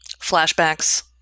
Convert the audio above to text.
Flashbacks